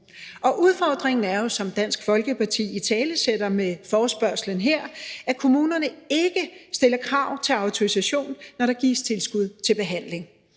Og udfordringen er jo, som Dansk Folkeparti italesætter med forespørgslen her, at kommunerne ikke stiller krav til autorisation, når der gives tilskud til behandling.